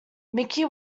mickey